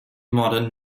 modern